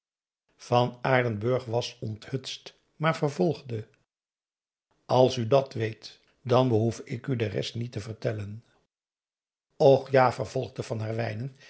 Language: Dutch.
van aardenburg was onthutst maar vervolgde als u dat weet dan behoef ik u de rest niet te vertellen och ja vervolgde van herwijnen